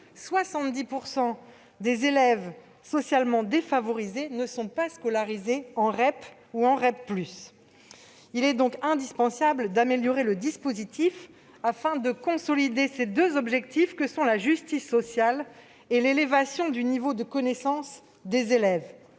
70 % des élèves socialement défavorisés ne sont pas scolarisés en REP (réseaux d'éducation prioritaire) ou en REP+. Il est indispensable d'améliorer le dispositif, afin de consolider ces deux objectifs que sont la justice sociale et l'élévation du niveau de connaissances des élèves,